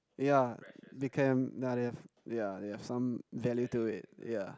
yeah they can that if yeah they have some value to it yeah